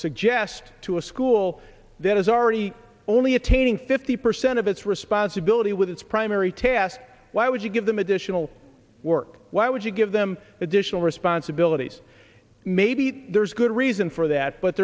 suggest to a school that is already only attaining fifty percent of its responsibility with its primary task why would you give them additional work why would you give them additional responsibilities maybe there's good reason for that but